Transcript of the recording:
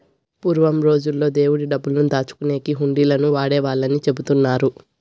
పూర్వం రోజుల్లో దేవుడి డబ్బులు దాచుకునేకి హుండీలను వాడేవాళ్ళని చెబుతున్నారు